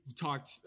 talked